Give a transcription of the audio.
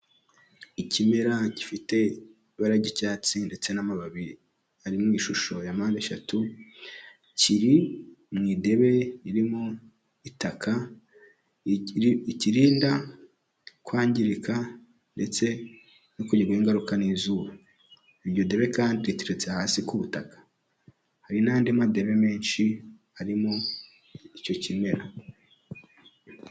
Ikimera gifite ibara ry'icyatsi ndetse n'amababi ari mu ishusho ya mpande eshatu, kiri mu idebe ririmo itaka rikirinda kwangirika ndetse no kugirwaho ingaruka n'izuba. iryo debe kandi riteretse hasi ku butaka. Hari n'andi madebe menshi harimo icyo kimera.